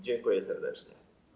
Dziękuję serdecznie.